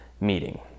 meeting